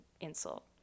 insult